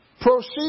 Proceed